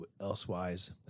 elsewise